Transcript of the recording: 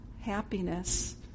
happiness